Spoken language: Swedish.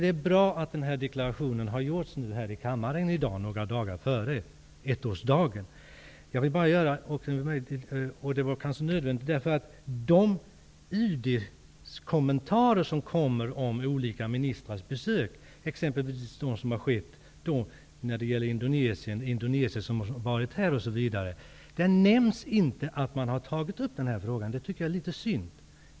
Det är bra att den här deklarationen har gjorts i kammaren i dag några dagar före ettårsdagen. I de UD-kommentarer som kommer om olika ministrars besök, t.ex. de som har gjorts när indonesier varit här, nämns inte att man har tagit upp denna fråga. Jag tycker att det är litet synd.